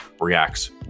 reacts